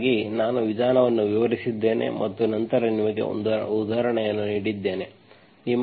ಹಾಗಾಗಿ ನಾನು ವಿಧಾನವನ್ನು ವಿವರಿಸಿದ್ದೇನೆ ಮತ್ತು ನಂತರ ನಿಮಗೆ ಒಂದು ಉದಾಹರಣೆಯನ್ನು ನೀಡಿದ್ದೇನೆ